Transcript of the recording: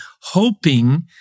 hoping